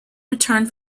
returned